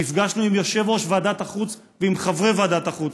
נפגשנו עם יושב-ראש ועדת החוץ ועם חברי ועדת החוץ.